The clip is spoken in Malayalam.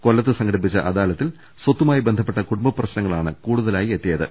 കൊല്ലത്ത് സംഘടിപ്പിച്ച അദാലത്തിൽ സ്വത്തുമായി ബന്ധപ്പെട്ട കുടുംബ പ്രശ്നങ്ങളാണ് കൂടുതലായി എത്തിയത്